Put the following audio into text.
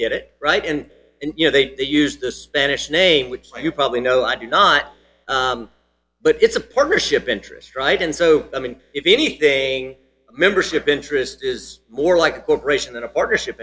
get it right and you know they use the spanish name which you probably know i do not but it's a partnership interest right and so i mean if anything membership interest is more like a corporation than a partnership